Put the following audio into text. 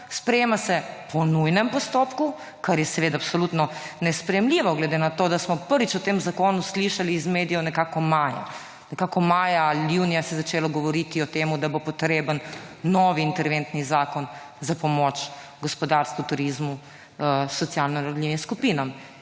sprejema se po nujnem postopku, kar je seveda absolutno nesprejemljivo glede na to, da smo prvič v tem zakonu slišali iz medijev nekako omaja, nekako omaja, junija se je začelo govoriti o temu, da bo potreben novi interventni zakon za pomoč gospodarstvu, turizmu, socialnim skupinam.